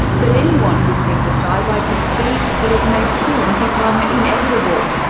but anyone who's been to saibai can see that it may soon become inevitable,